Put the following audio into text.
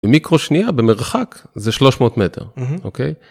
ומיקרו שנייה במרחק זה 300 מטר, אוקיי?